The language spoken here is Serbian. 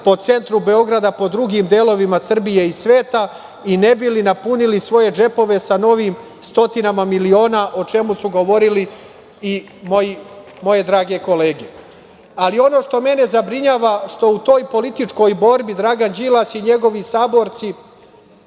po centru Beograda, po drugim delovima Srbije i sveta i ne bi li napunili svoje džepove sa novim stotinama miliona, o čemu su govorili i moje drage kolege. On što mene zabrinjava, što u toj političkoj borbi Dragan Đilas i njegovi saborci